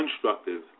constructive